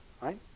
Right